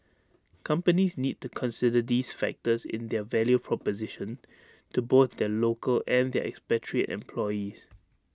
companies need to consider these factors in their value proposition to both their local and their expatriate employees